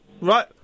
right